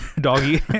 doggy